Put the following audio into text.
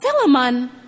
Philemon